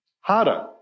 harder